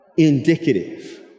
indicative